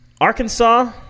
Arkansas